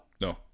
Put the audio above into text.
No